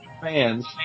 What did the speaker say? fans